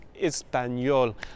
Espanol